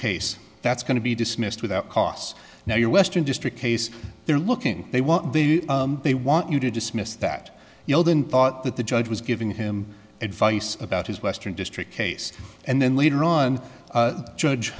case that's going to be dismissed without cos now your western district case they're looking they want they want you to dismiss that you know then thought that the judge was giving him advice about his western district case and then later on judge